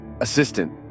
Assistant